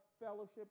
fellowship